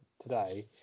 today